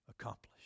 accomplished